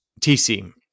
TC